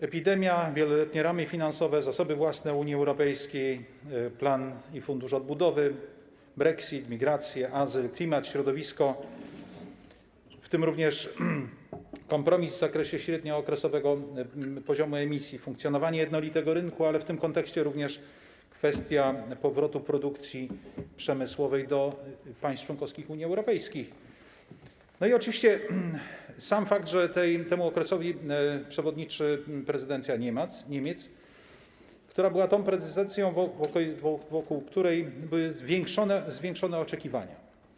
Epidemia, wieloletnie ramy finansowe, zasoby własne Unii Europejskiej, plan i Fundusz Odbudowy, brexit, migracje, azyl, klimat, środowisko, w tym również kompromis w zakresie średniookresowego poziomu emisji, funkcjonowanie jednolitego rynku, ale w tym kontekście również kwestia powrotu produkcji przemysłowej do państw członkowskich Unii Europejskiej, i oczywiście sam fakt, że w tym okresie przewodniczy prezydencja Niemiec, która była tą prezydencją, wokół której były zwiększone oczekiwania.